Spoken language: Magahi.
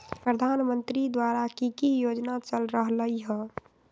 प्रधानमंत्री द्वारा की की योजना चल रहलई ह?